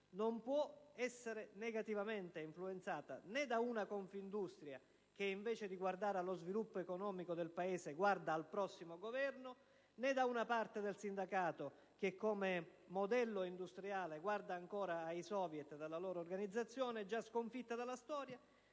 non può essere negativamente influenzata né da una Confindustria che invece di guardare allo sviluppo economico del Paese guarda al prossimo Governo, né da una parte del sindacato che come modello industriale, guarda ancora ai *soviet* e alla loro organizzazione, già sconfitta dalla storia,